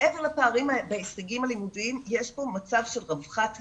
מעבר לפערים בהישגים הלימודיים יש פה מצב של רווחת הילד.